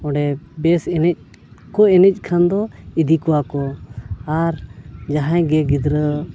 ᱚᱸᱰᱮ ᱵᱮᱥ ᱮᱱᱮᱡ ᱠᱚ ᱮᱱᱮᱡ ᱠᱷᱟᱱ ᱫᱚ ᱤᱫᱤ ᱠᱚᱣᱟ ᱠᱚ ᱟᱨ ᱡᱟᱦᱟᱸᱭ ᱜᱮ ᱜᱤᱫᱽᱨᱟᱹ